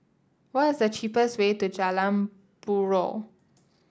what is the cheapest way to Jalan Buroh